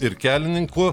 ir kelininku